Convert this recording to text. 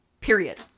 Period